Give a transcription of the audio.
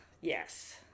Yes